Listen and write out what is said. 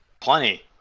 plenty